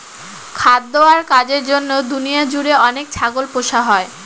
খাদ্য আর কাজের জন্য দুনিয়া জুড়ে অনেক ছাগল পোষা হয়